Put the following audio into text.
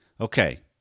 Okay